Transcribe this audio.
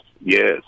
Yes